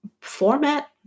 format